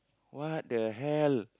what the hell